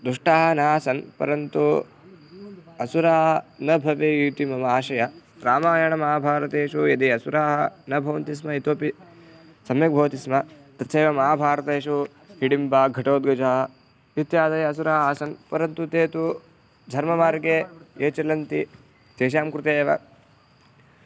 दुष्टाः न आसन् परन्तु असुराः न भवेयुः इति मम आशयः रामायणमहाभारतेषु यदि असुराः न भवन्ति स्म इतोपि सम्यक् भवति स्म तथैव महाभारतेषु हिडिम्बा घटोत्कचः इत्यादयः असुराः आसन् परन्तु ते तु धर्ममार्गे ये चलन्ति तेषां कृते एव